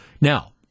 Now